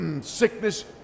sickness